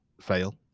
fail